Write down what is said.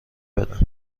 بدن